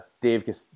Dave